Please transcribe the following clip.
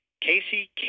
Casey